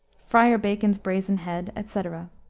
friar bacon's brazen head, etc.